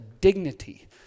dignity